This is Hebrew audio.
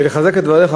כדי לחזק את דבריך,